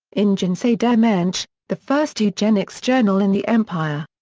in jinsei-der mensch, the first eugenics journal in the empire.